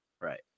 Right